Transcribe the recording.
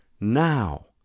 now